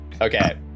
Okay